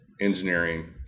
engineering